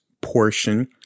portion